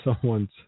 Someone's